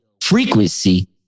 frequency